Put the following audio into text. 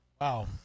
Wow